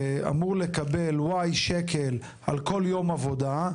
ואמור לקבל Y שקלים על כל יום עבודה,